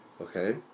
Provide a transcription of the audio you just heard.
Okay